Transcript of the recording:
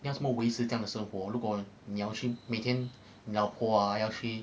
你要怎么维持这样的生活如果你要去每天你的老婆啊要去